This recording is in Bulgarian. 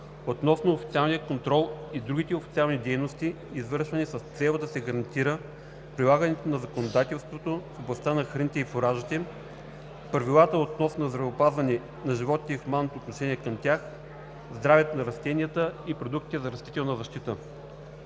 относно официалния контрол и другите официални дейности, извършвани с цел да се гарантира прилагането на законодателството в областта на храните и фуражите, правилата относно здравеопазването на животните и хуманното отношение към тях, здравето на растенията и продуктите за растителна защита.